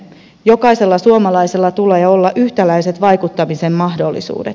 jokaisella suomalaisella tulee olla yhtäläiset vaikuttamisen mahdollisuudet